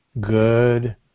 good